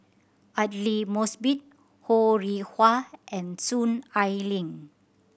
Aidli Mosbit Ho Rih Hwa and Soon Ai Ling